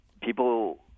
people